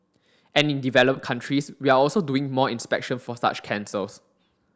and in developed countries we are also doing more inspection for such cancers